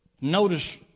Notice